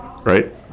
Right